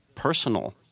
personal